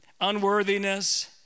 unworthiness